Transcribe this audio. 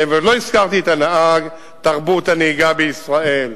עוד לא הזכרתי את הנהג, את תרבות הנהיגה בישראל,